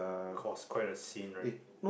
caused quite a scene right